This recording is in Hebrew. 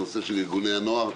הנושא של ארגוני נוער.